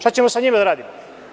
Šta ćemo sa njima da radimo?